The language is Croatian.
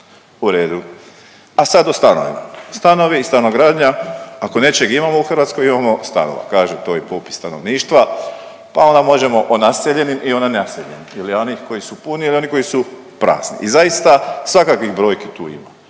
U redu. A sad o stanovima. Stanovi i stanogradnja, ako nečeg imamo u Hrvatskoj imamo stanova, kaže to i popis stanovništva, pa onda možemo o naseljenim i o nenaseljenim ili o onih koji su puni ili oni koji su prazni i zaista svakakvih brojki tu ima,